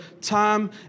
time